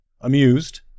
Amused